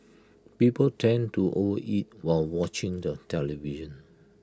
people tend to overeat while watching the television